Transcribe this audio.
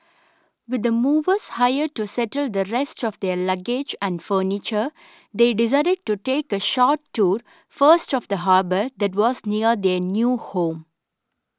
with the movers hired to settle the rest of their luggage and furniture they decided to take a short tour first of the harbour that was near their new home